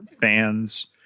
fans